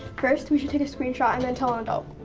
first we should take a screenshot and then tell an adult.